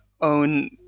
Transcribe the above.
own